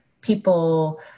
people